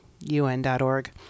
UN.org